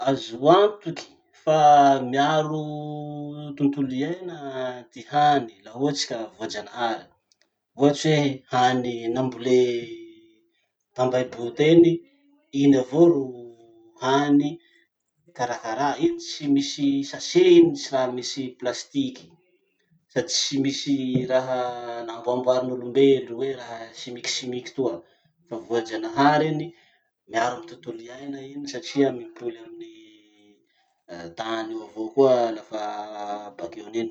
Azo antoky fa miaro tontolo iaiana ty hany, la ohatsy ka voajanahary. Ohatsy hoe hany nambole tambahibo teny, iny avao ro hany, karakara. Iny tsy misy sachet iny tsy raha misy plastique, sady tsy misy raha namboamboarin'olombelo hoe raha chimique chimique toa fa voajanahary iny, miaro ny tontolo iaina iny satria mimpoly amin'ny ah tany io avao koa lafa bakeon'iny.